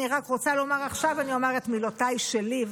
עכשיו אני אומר את מילותיי שלי,